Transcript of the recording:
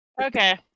okay